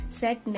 set